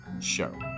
show